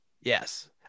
yes